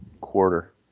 quarter